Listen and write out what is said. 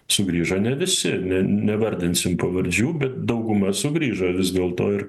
sugrįžo ne visi ne nevardinsim pavardžių bet dauguma sugrįžo vis dėl to ir